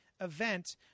event